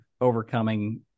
overcoming